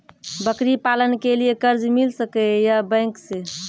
बकरी पालन के लिए कर्ज मिल सके या बैंक से?